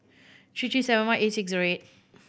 three three seven one eight six zero eight